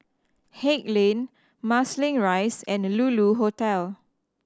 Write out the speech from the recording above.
Haig Lane Marsiling Rise and Lulu Hotel